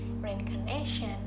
reincarnation